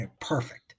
perfect